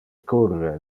curre